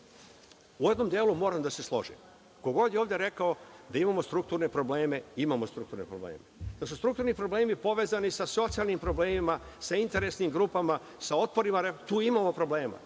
jedom delu moram da se složim. Ko god je ovde rekao da imamo strukturne probleme, imamo strukturne probleme, da su strukturni problemi povezani sa socijalnim problemima, sa interesnim grupama, sa otporima, tu imamo problema.